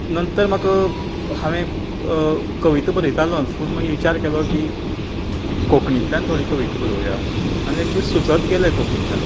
नंतर म्हाका हांवेन कविता बरयतालोंच पूण मागीर विचार केलो की कोंकणीतल्यान थोडी कविता बरोवया आनी तें सुचत गेलें कोंकणीतल्यान